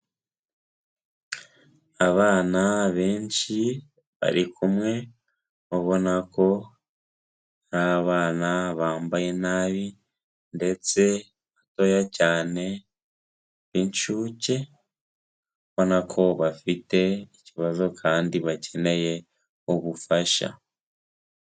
Abana benshi bari kumwe, ubona ko ni abana bambaye nabi ndetse batoya cyane b'inshuke, ubona ko bafite ikibazo kandi bakeneye ubufasha.